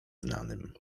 znanym